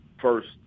first